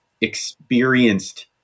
experienced